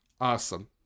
Awesome